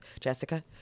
Jessica